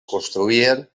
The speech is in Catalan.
construïren